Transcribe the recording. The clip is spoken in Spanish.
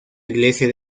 iglesia